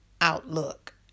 outlook